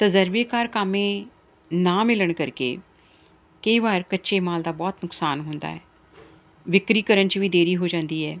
ਤਜ਼ਰਬੇਕਾਰ ਕਾਮੇ ਨਾ ਮਿਲਣ ਕਰਕੇ ਕਈ ਵਾਰ ਕੱਚੇ ਮਾਲ ਦਾ ਬਹੁਤ ਨੁਕਸਾਨ ਹੁੰਦਾ ਹੈ ਵਿਕਰੀ ਕਰਨ 'ਚ ਵੀ ਦੇਰੀ ਹੋ ਜਾਂਦੀ ਹੈ